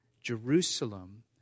Jerusalem